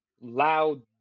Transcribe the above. loud